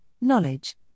knowledge